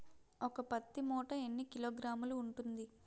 ఒక పత్తి మూట ఎన్ని కిలోగ్రాములు ఉంటుంది?